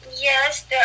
yes